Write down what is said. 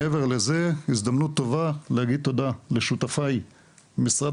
מעבר לזה הזדמנות טובה להגיד תודה לשותפיי משרד